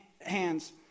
hands